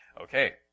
Okay